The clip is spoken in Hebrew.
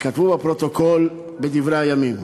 ייכתבו בפרוטוקול, ב"דברי הכנסת":